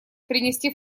перенести